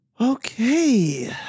okay